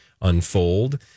unfold